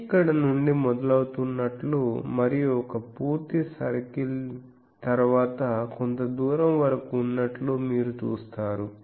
ఇది ఇక్కడ నుండి మొదలవుతున్నట్లు మరియు ఒక పూర్తి సర్కిల్ తరువాత కొంత దూరం వరకు ఉన్నట్లు మీరు చూస్తారు